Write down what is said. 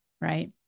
right